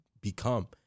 become